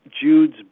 Jude's